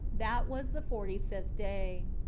that was the forty-fifth day.